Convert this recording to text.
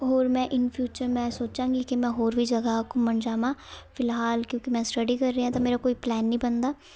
ਹੋਰ ਮੈਂ in future ਮੈਂ ਸੋਚਾਂਗੀ ਕਿ ਮੈਂ ਹੋਰ ਵੀ ਜਗ੍ਹਾ ਘੁੰਮਣ ਜਾਵਾਂ ਫਿਲਹਾਲ ਕਿਉਂਕਿ ਮੈਂ ਸਟੱਡੀ ਕਰ ਰਹੀ ਹਾਂ ਤਾਂ ਮੇਰਾ ਕੋਈ ਪਲੈਨ ਨਹੀਂ ਬਣਦਾ